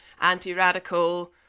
anti-radical